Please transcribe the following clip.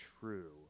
true